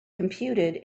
computed